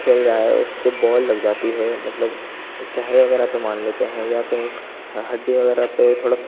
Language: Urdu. کھیل رہا ہے اس کے بال لگ جاتی ہے مطلب چہرے وغیرہ پہ مان لیتے ہیں یا کہیں ہڈّی وغیرہ پہ تھوڑا سا